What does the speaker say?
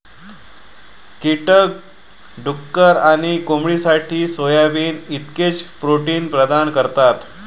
कीटक डुक्कर आणि कोंबडीसाठी सोयाबीन इतकेच प्रोटीन प्रदान करतात